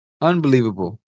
Unbelievable